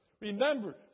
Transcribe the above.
Remember